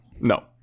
No